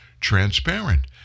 Transparent